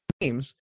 games